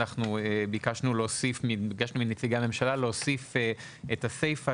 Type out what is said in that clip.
ביקשנו מנציגי הממשלה להוסיף את הסייפה,